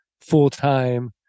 full-time